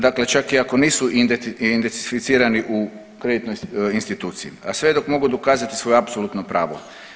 Dakle, čak i ako nisu identificirati u kreditnoj instituciji, a sve dok mogu dokazati svoje apsolutno pravo.